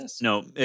No